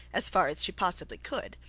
as far as she possibly could,